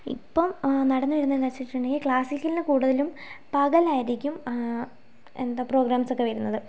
ഇപ്പം നടന്നുവരുന്നത് എന്താന്നുവെച്ചിട്ടുണ്ടെങ്കിൽ ക്ലാസ്സിക്കൽനു കൂടുതലും പകലായിരിക്കും എന്താ പ്രോഗ്രാംസ്സോക്കെ വരുന്നത്